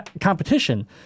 competition